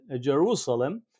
Jerusalem